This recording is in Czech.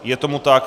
Je tomu tak.